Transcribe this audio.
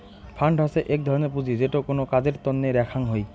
fund হসে এক ধরনের পুঁজি যেটো কোনো কাজের তন্নে রাখ্যাং হই